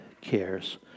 cares